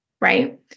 right